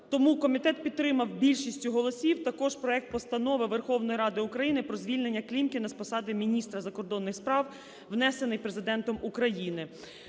тому комітет підтримав більшістю голосів також проект Постанови Верховної Ради України про звільнення Клімкіна з посади міністра закордонних справ, внесений Президентом України.